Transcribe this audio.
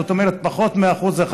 זאת אומרת פחות מ-1%,